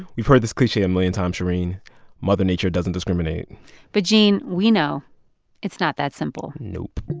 we've heard this cliche a million times, shereen mother nature doesn't discriminate but gene, we know it's not that simple nope